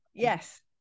Yes